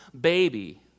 baby